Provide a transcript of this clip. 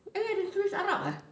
abeh ada tulis arab ah